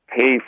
pay